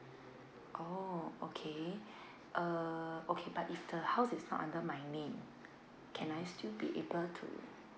oh okay uh okay but if the house is not under my name can I still be able to